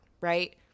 right